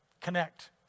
Connect